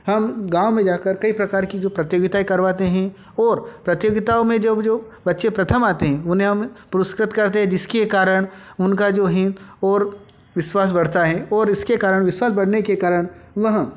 हम गाँव में जाकर कई प्रकार की जो प्रतियोगिताएँ करवाते हैं और प्रतियोगिताओं में जब जो बच्चे प्रथम आते हैं उन्हें हम पुरस्कृत करते हैं जिसके कारण उनका जो है और विश्वास बढ़ता है और इसके कारण विश्वास बढ़ने के कारण वह